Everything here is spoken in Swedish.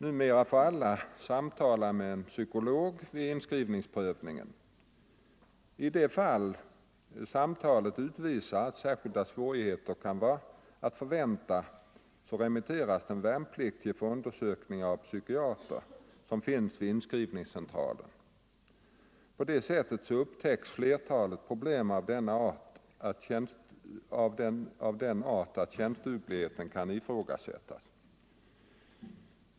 Numera får alla samtala med en psykolog vid inskrivningsprövningen. I de fall samtalet utvisar att särskilda svårigheter kan vara att förvänta remitteras den värnpliktige för undersökning av den psykiater som finns vid inskrivningscentralen. På detta sätt upptäcks flertalet problem av den art att tjänstdugligheten kan ifrågasättas.